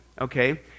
okay